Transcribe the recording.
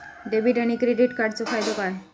Debit आणि credit कार्डचो फायदो काय?